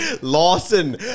Lawson